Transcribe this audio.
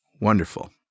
wonderful